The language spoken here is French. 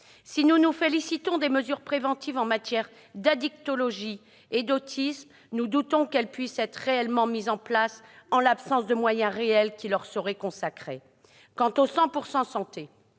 Nous nous félicitons des mesures de prévention en matière d'addictologie et d'autisme, mais nous doutons qu'elles puissent être effectivement mises en oeuvre, en raison de l'absence de moyens réels qui leur seront consacrés. Quant au « 100 % santé